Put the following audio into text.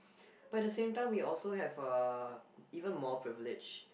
but at the same time we also have a even more privileged